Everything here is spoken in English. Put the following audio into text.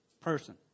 person